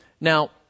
Now